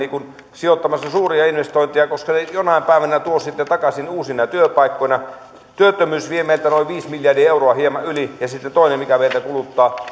sijoittamassa suuria investointeja koska ne jonain päivänä tuovat sitten takaisin uusina työpaikkoina työttömyys vie meiltä noin viisi miljardia euroa hieman yli ja sitten toinen mikä meiltä kuluttaa